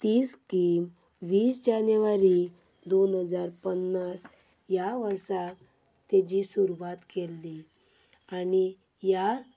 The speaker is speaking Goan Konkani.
ती स्कीम वीस जानेवारी दोन हजार पन्नास ह्या वर्सा ताजी सुरवात केल्ली आनी ह्या